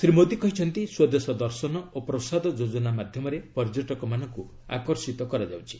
ଶ୍ରୀ ମୋଦୀ କହିଛନ୍ତି ସ୍ୱଦେଶ ଦର୍ଶନ ଓ ପ୍ରସାଦ ଯୋଜନା ମାଧ୍ୟମରେ ପର୍ଯ୍ୟଟକମାନଙ୍କୁ ଆକର୍ଷିତ କରାଯାଉଛି